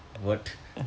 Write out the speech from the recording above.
what